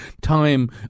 time